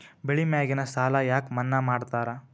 ಬೆಳಿ ಮ್ಯಾಗಿನ ಸಾಲ ಯಾಕ ಮನ್ನಾ ಮಾಡ್ತಾರ?